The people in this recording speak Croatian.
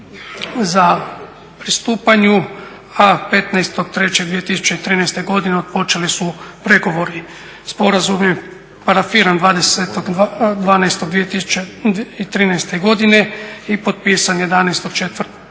za pristupanju a 15.3.2013. godine otpočeli su pregovori. Sporazum je parafiran 20.12.2013. godine i potpisan 11.4.